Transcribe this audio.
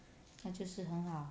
他就是很好